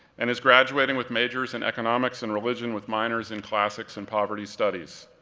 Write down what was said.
and is graduating with majors in economics and religion with minors in classics and poverty studies.